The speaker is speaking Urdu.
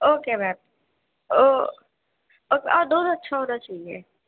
اوکے میم اور دودھ اچھا ہونا چاہیے